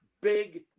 big